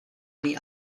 many